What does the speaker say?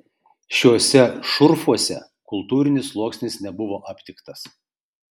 šiuose šurfuose kultūrinis sluoksnis nebuvo aptiktas